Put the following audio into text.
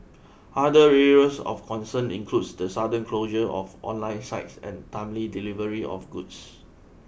other areas of concern include the sudden closure of online sites and timely delivery of goods